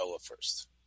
first